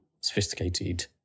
sophisticated